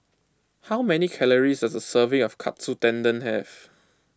how many calories does a serving of Katsu Tendon have